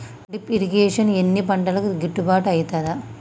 Drip irrigation అన్ని పంటలకు గిట్టుబాటు ఐతదా?